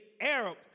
Arab